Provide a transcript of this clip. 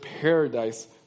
paradise